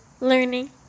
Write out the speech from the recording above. learning